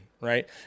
right